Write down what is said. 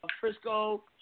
Frisco